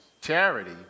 Charity